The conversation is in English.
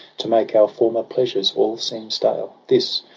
to make our former pleasures all seem stale. this,